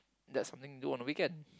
that's something to do on a weekend